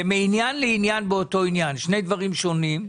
זה מעניין לעניין באותו עניין שני דברים שונים,.